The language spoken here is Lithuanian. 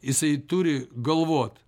jisai turi galvot